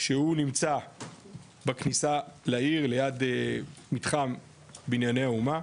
שהוא נמצא בכניסה לעיר, ליד מתחם בנייני האומה,